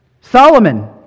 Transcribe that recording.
Solomon